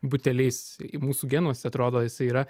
butelys į mūsų genuose atrodo jisai yra